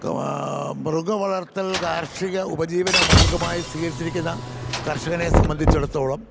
മൃഗവളർത്തൽ കാർഷിക ഉപജീവനമാർഗ്ഗമായി സ്വീകരിച്ചിരിക്കുന്ന കർഷകനെ സംബന്ധിച്ചിടത്തോളം